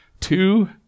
Two